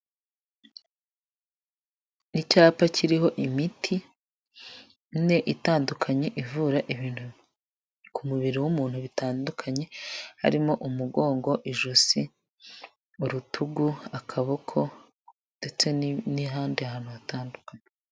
Ni icyapa kiriho imitie itandukanye ivura ibintu ku mubiri w'umuntu bitandukanye harimo umugongo ijosi urutugu akaboko ndetse n'ahandi hantu hatanu.